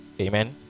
Amen